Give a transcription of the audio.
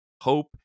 hope